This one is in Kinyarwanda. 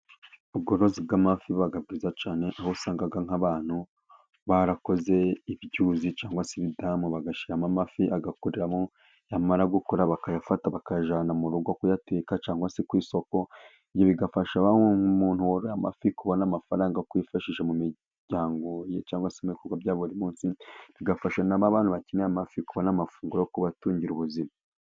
Ubworozi bw'amafi buba bwiza cyane aho usanga nk'abantu barakoze ibyuzi cyangwa se ibidamu bagashyiramo amafi agakuriramo yamara gukura bakayafata bakayajyana mu rugo kuyateka cyangwa se ku isoko. Ibi bigafasha wa umuntu woroye amafi kubona amafaranga yo kwifashisha mu miryango ye cyangwa se mu bikorwa bya buri munsi bigafasha na ba bantu bakeneye amafi kubona amafunguro yo kubatungira ubuzima.